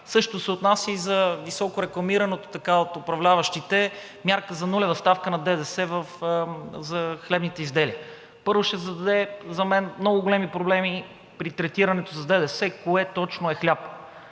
Същото се отнася и за високо рекламираната от управляващите мярка за нулева ставка на ДДС за хлебните изделия. Първо за мен ще създаде много големи проблеми при третирането с ДДС кое точно е хляб.